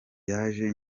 yaje